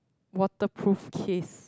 waterproof case